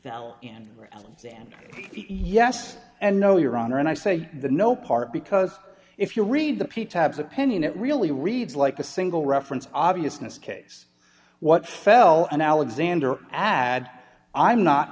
now in the end yes and no your honor and i say the no part because if you read the p tabs opinion it really reads like a single reference obviousness case what fell an alexander ad i'm not